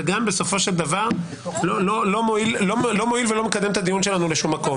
וגם בסופו של דבר לא מועיל ולא מקדם את הדיון שלנו לשום מקום.